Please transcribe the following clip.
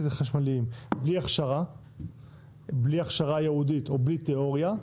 חשמלי בלי הכשרה ייעודית או בלי תיאוריה,